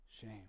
shame